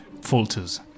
falters